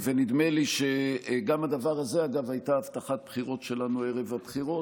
נדמה לי גם שהדבר הזה אגב היה הבטחת בחירות שלנו ערב הבחירות,